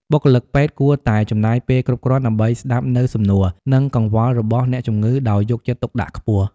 បុគ្គលិកពេទ្យគួរតែចំណាយពេលគ្រប់គ្រាន់ដើម្បីស្តាប់នូវសំណួរ និងកង្វល់របស់អ្នកជំងឺដោយយកចិត្តទុកដាក់ខ្ពស់។